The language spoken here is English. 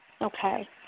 Okay